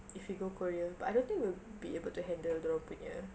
if we go korea but I don't think we will be able to handle dia orang punya